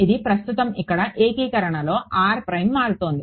ఇది ప్రస్తుతం ఇక్కడ ఏకీకరణలో మారుతోంది